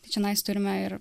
tai čionais turime ir